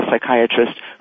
psychiatrist